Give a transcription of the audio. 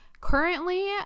Currently